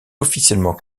officiellement